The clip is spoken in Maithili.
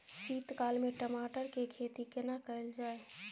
शीत काल में टमाटर के खेती केना कैल जाय?